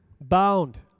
bound